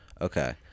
Okay